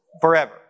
forever